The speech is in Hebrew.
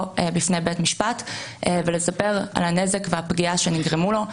בפני בית משפט ולספר על הנזק והפגיעה שנגרמו לו,